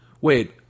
Wait